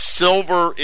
silver